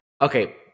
Okay